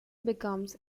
becomes